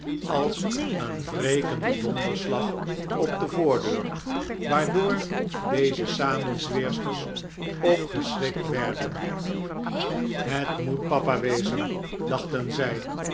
als een wrekende donderslag op de voordeur waardoor deze samenzweersters opgeschrikt werden het moet papa wezen dachten zij